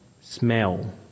smell